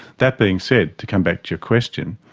that being said, to come back to your question,